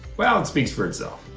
well, it speaks for itself.